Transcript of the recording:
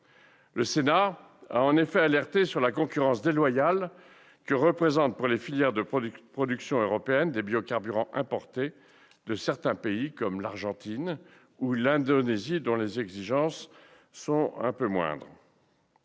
Le Sénat a en effet alerté sur la concurrence déloyale que représentent, pour les filières de production européennes, les biocarburants importés de certains pays comme l'Argentine ou l'Indonésie, dont les exigences sont moindres.